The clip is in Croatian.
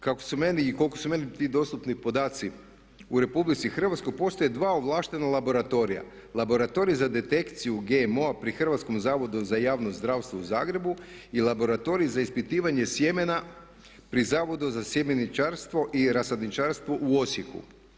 Kako su meni i koliko su meni ti dostupni podati u RH postoje dva ovlaštena laboratorija, laboratorij za detekciju GMO-a pri Hrvatskom zavodu za javno zdravstvo u Zagrebu i laboratorij za ispitivanje sjemena pri zavodu za sjemeničarstvo i rasadničarstvo u Osijeku.